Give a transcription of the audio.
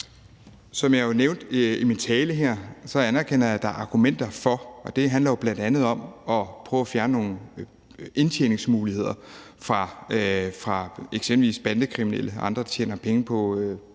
Som jeg nævnte i min tale, anerkender jeg, at der er argumenter for. Det handler jo bl.a. om at prøve at fjerne nogle indtjeningsmuligheder fra eksempelvis bandekriminelle og andre, der tjener penge på salg